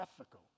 ethical